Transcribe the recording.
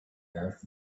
earth